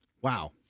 wow